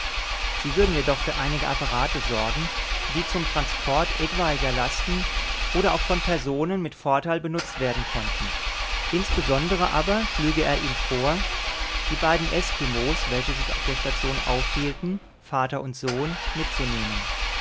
sie würden jedoch für einige apparate sorgen die zum transport etwaiger lasten oder auch von personen mit vorteil benutzt werden könnten insbesondere aber schlüge er ihm vor die beiden eskimos welche sich auf der station aufhielten vater und sohn mitzunehmen